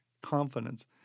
Confidence